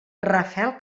rafael